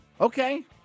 Okay